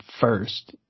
first